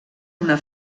una